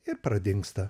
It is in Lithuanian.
ir pradingsta